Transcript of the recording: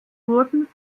wurden